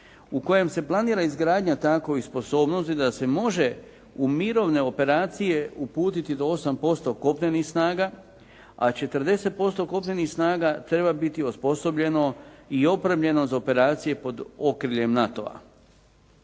u kojem se planira izgradnja takvih sposobnosti da se može u mirovne operacije uputiti do 8% kopnenih snaga, a 40% kopnenih snaga treba biti osposobljeno i opremljeno za operacije pod okriljem NATO.